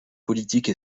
politiques